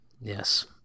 Yes